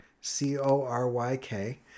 C-O-R-Y-K